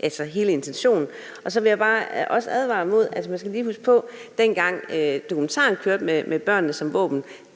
altså hele intentionen. Man skal også lige huske på, at dengang dokumentaren Med Børnene som Våben